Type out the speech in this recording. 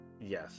yes